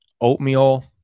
oatmeal